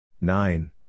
nine